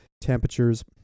temperatures